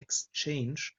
exchange